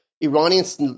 Iranians